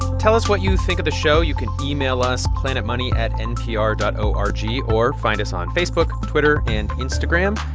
tell us what you think of the show. you can email us, planetmoney at npr dot o r g. or find us on facebook, twitter and instagram.